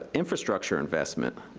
ah infrastructure investment.